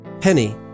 Penny